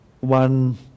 one